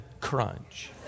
Crunch